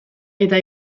eta